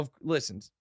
Listen